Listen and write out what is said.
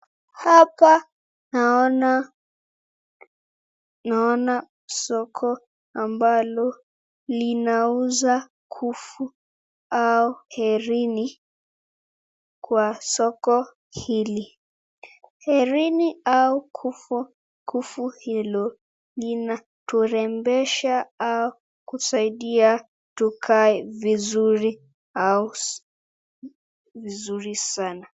Hapa naona naona soko ambalo linauza kufu au herini kwa soko hili herini au kufu. Kufu hilo linaturembesha au kusaidia tukae vizuri au vizuri sana.